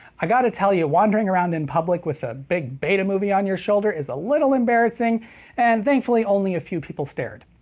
i gotta tell you wandering around in public with a big betamovie on your shoulder is a little embarrassing and thankfully only a few people stared.